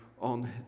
on